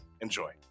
Enjoy